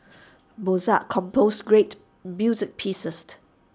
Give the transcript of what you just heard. Mozart composed great music